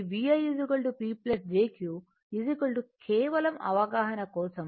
కాబట్టి VI P jQ కేవలం అవగాహన కోసం VI కాంజుగేట్ తీసుకున్నాము